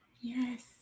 Yes